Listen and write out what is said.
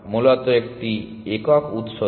মূলত একটি একক উৎস থেকে